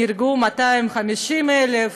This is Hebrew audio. נהרגו 250,000,